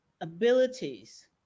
abilities